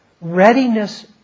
Readiness